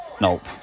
Nope